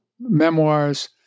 memoirs